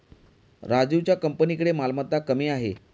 राजीवच्या कंपनीकडे मालमत्ता कमी आहे